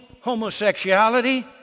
homosexuality